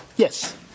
Yes